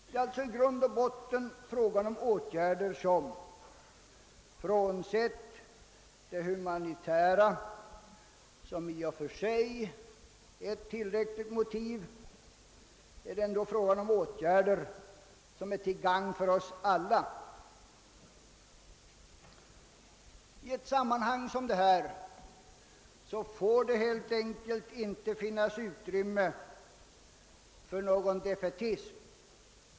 Det är alltså i grund och botten inte fråga om åtgärder som — frånsett det humanitära motivet, vilket i och för sig är tillräckligt — är till nytta för oss alla. I ett sammanhang som detta får det helt enkelt inte finnas utrymme för någon defaitism.